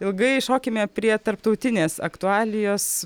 ilgai šokime prie tarptautinės aktualijos